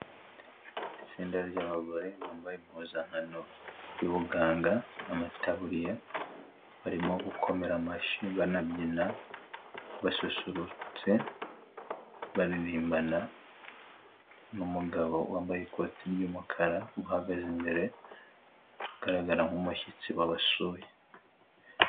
Itsinda ry'abagore bambaye impuzankano y'ubuganga amataburiya barimo gukomerashyi banabyina basusurutse babirimbana n'umugabo wambaye ikoti ry'umukara uhagaze imbere ugaragara nk'umushyitsi wabasuye.